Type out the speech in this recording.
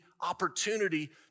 opportunity